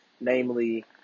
namely